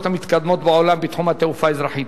המתקדמות בעולם בתחום התעופה האזרחית,